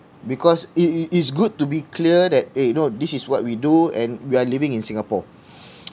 because it it it's good to be clear that eh you know this is what we do and we are living in singapore